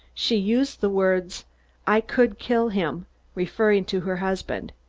she used the words i could kill him referring to her husband.